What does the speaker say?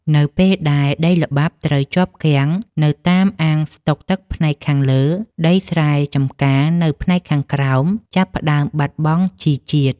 នៅពេលដែលដីល្បាប់ត្រូវជាប់គាំងនៅតាមអាងស្តុកទឹកផ្នែកខាងលើ ដីស្រែចម្ការនៅផ្នែកខាងក្រោមចាប់ផ្ដើមបាត់បង់ជីជាតិ។